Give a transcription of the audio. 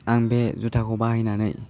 आं बे जुथाखौ बाहायनानै